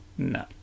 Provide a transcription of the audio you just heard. No